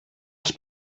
els